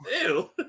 Ew